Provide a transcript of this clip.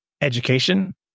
education